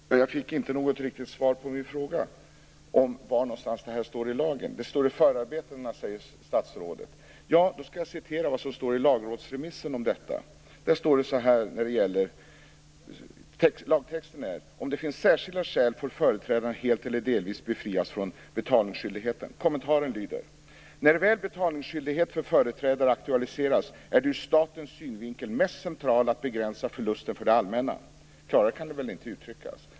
Herr talman! Jag fick inte något riktigt svar på min fråga om var det här står i lagen. Det står i förarbetena, säger statsrådet. Jag skall då läsa upp vad som står i lagrådsremissen om detta. Lagtexten är denna: Om det finns särskilda skäl får företrädaren helt eller delvis befrias från betalningsskyldigheten. Kommentaren lyder: När väl betalningsskyldighet för företrädare aktualiseras är det ur statens synvinkel mest centrala att begränsa förlusten för det allmänna. Klarare kan det väl inte uttryckas.